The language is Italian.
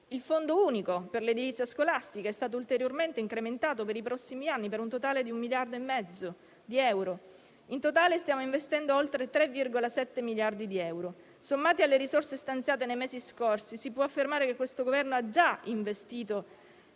Il Fondo unico per l'edilizia scolastica è stato poi ulteriormente incrementato per i prossimi anni per un totale di 1,5 miliardi di euro. In totale stiamo investendo oltre 3,7 miliardi di euro. Sommando tale cifra alle risorse stanziate nei mesi scorsi, si può affermare che questo Governo ha già investito